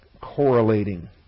correlating